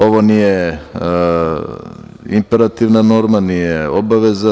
Ovo nije imperativna norma, nije obaveza.